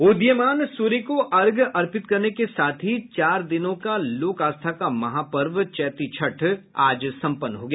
डदीयमान सूर्य को अर्घ्य अर्पित करने के साथ ही चार दिनों का लोक आस्था का महापर्व चैती छठ आज सम्पन्न हो गया